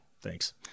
Thanks